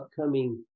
upcoming